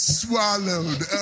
swallowed